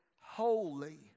holy